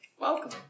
Welcome